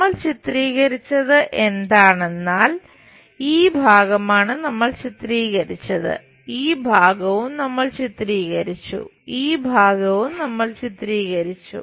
നമ്മൾ ചിത്രീകരിച്ചത് എന്താണെന്നാൽ ഈ ഭാഗമാണ് നമ്മൾ ചിത്രീകരിച്ചത് ഈ ഭാഗവും നമ്മൾ ചിത്രീകരിച്ചു ഈ ഭാഗവും നമ്മൾ ചിത്രീകരിച്ചു